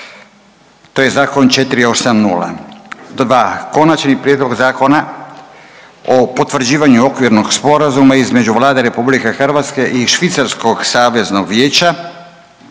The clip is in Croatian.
točka bit će Konačni prijedlog zakona o potvrđivanju Okvirnog sporazuma između Vlade RH i Švicarskog saveznog vijeća